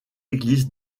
église